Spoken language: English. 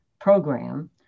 program